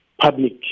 public